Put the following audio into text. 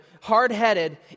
hard-headed